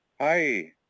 Hi